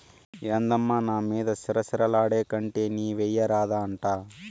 ఏందమ్మా నా మీద సిర సిర లాడేకంటే నీవెయ్యరాదా అంట